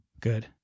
good